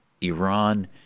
Iran